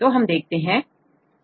तो हम देखते हैं